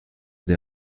des